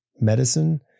medicine